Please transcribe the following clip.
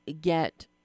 get